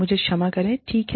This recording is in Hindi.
मुझे क्षमा करें ठीक है